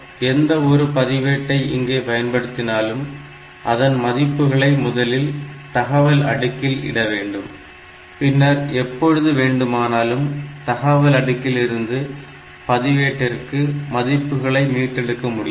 ஆக எந்த ஒரு பதிவேட்டை இங்கே பயன்படுத்தினாலும் அதன் மதிப்புகளை முதலில் தகவல் அடுக்கில் இட வேண்டும் பின்னர் எப்பொழுது வேண்டுமானாலும் தகவல் அடுக்கிலிருந்து பதிவேட்டிற்கு மதிப்புகளை மீட்டெடுக்க முடியும்